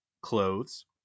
clothes